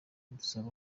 dusaba